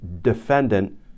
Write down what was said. defendant